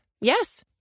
Yes